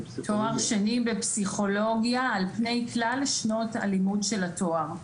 תואר שני בפסיכולוגיה על פני כלל שנות הלימוד של התואר.